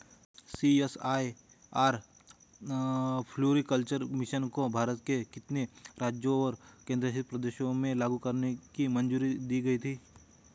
CSIR floriculture mission को भारत के कितने राज्यों और केंद्र शासित प्रदेशों में लागू करने की मंजूरी दी गई थी?